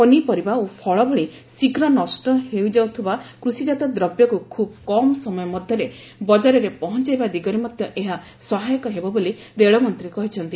ପନିପରିବା ଓ ଫଳ ଭଳି ଶୀଘ୍ର ନଷ୍ଟ ହେଇଯାଉଥିବା କୃଷିଜାତ ଦ୍ରବ୍ୟକୁ ଖୁବ୍ କମ୍ ସମୟ ମଧ୍ୟରେ ବଙ୍ଗାରରେ ପହଞ୍ଚାଇବା ଦିଗରେ ମଧ୍ୟ ଏହା ସହାୟକ ହେବ ବୋଲି ରେଳମନ୍ତ୍ରୀ କହିଛନ୍ତି